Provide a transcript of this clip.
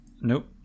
Nope